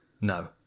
No